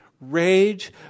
rage